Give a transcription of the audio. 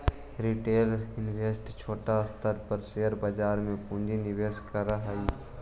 retail investor छोटा स्तर पर शेयर बाजार में पूंजी निवेश करऽ हई